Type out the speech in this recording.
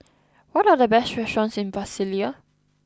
what are the best restaurants in Brasilia